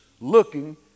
looking